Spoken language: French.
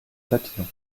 papillons